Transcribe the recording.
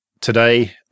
Today